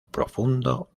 profundo